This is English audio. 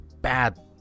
bad